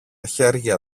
χέρια